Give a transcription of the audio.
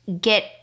get